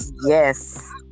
yes